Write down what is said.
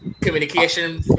communication